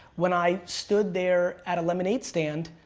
when i stood there at a lemonade stand,